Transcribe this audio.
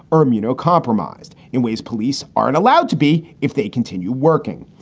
are immunocompromised in ways police aren't allowed to be if they continue working.